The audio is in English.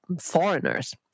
foreigners